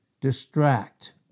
Distract